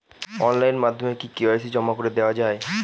Online মাধ্যমে কি KYC জমা করে দেওয়া য়ায়?